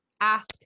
ask